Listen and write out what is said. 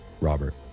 Robert